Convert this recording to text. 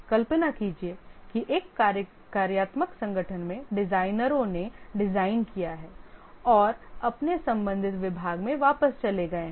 कल्पना कीजिए कि एक कार्यात्मक संगठन में डिजाइनरों ने डिजाइन किया है और अपने संबंधित विभाग में वापस चले गए हैं